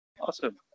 Awesome